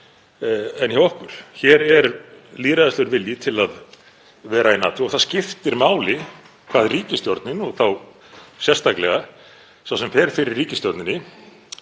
en hjá okkur? Hér er lýðræðislegur vilji til að vera í NATO og það skiptir máli hvað ríkisstjórnin, og þá sérstaklega sá sem fer fyrir ríkisstjórninni,